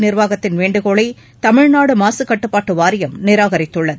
நிர்வாகத்தின் வேண்டுகோளை தமிழ்நாடு மாசு கட்டுப்பாட்டு வாரியம் நிராகரித்துள்ளது